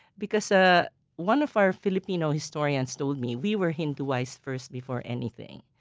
because ah one of our filipino historians told me we were hinduites first before anything.